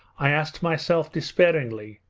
i asked myself despairingly,